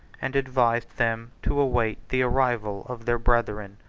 and advised them to await the arrival of their brethren.